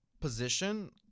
position